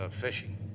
fishing